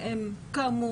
שהן כאמור